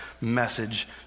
message